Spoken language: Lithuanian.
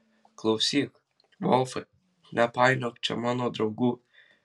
klausyk volfai nepainiok čia mano draugų